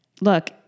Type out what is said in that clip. look